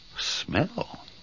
smell